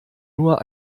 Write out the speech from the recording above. nur